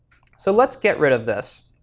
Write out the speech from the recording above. so let's get rid of this